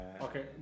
Okay